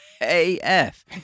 AF